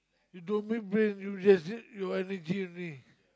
you don't mind bringing you there is it you energy only